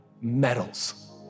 medals